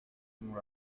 nom